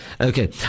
Okay